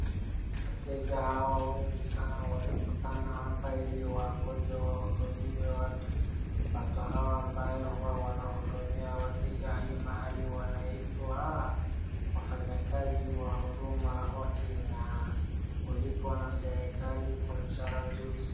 Wateja hawa wengi sana wamekutana hapa ili wangoje wahudumiwe watu. watu hawa ambaye huwa wanahudumia wateja kwa hii mahali wanaitwa wafanyakazi wa huduma wa Kenya. Hulipwa na serikali kwa mshahara nzuri sana.